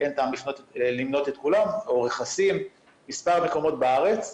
אין טעם למנות את כולם, מספר מקומות בארץ.